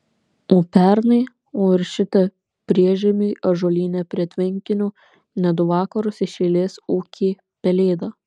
o pernai o ir šitą priešžiemį ąžuolyne prie tvenkinio net du vakarus iš eilės ūkė pelėda